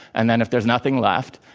and then if there s nothing left,